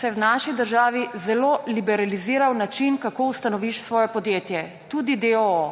se je v naši državi zelo liberaliziral način, kako ustanoviš svoje podjetje, tudi deoo.